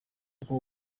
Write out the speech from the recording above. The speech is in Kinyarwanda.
kuko